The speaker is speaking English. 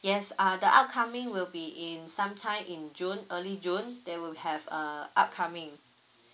yes uh the upcoming will be in sometime in june early june they will have a upcoming